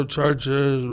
churches